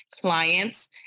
clients